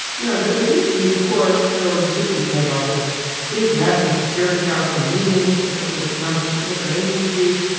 you know, there there used to be before there were decisions made like this big national security council meetings where everybody comes from, the different agencies,